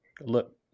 look